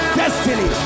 destiny